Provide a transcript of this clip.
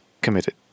committed